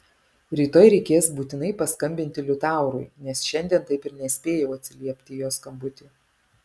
rytoj reikės būtinai paskambinti liutaurui nes šiandien taip ir nespėjau atsiliepti į jo skambutį